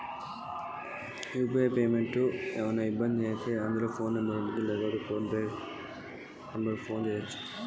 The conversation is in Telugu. యూ.పీ.ఐ లో పేమెంట్ చేశాక ఇబ్బంది వస్తే ఎవరితో మాట్లాడాలి? ఫోన్ నంబర్ ఉందా దీనికోసం?